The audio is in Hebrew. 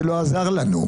זה לא עזר לנו.